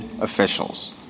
officials